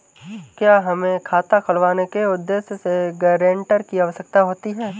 क्या हमें खाता खुलवाने के उद्देश्य से गैरेंटर की आवश्यकता होती है?